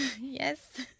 Yes